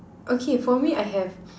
okay for me I have